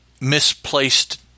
misplaced